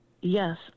yes